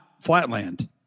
Flatland